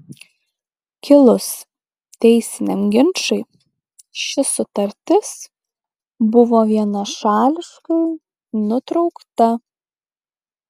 kilus teisiniam ginčui ši sutartis buvo vienašališkai nutraukta